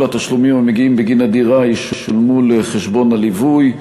התשלומים המגיעים בגין הדירה ישולמו לחשבון הליווי,